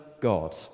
God